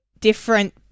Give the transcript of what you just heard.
different